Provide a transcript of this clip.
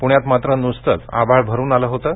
पृण्यात मात्र नुसतंच आभाळ भरून आलं होतं